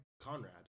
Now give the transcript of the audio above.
Conrad